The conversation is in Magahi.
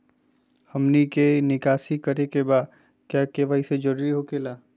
हमनी के निकासी करे के बा क्या के.वाई.सी जरूरी हो खेला?